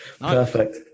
Perfect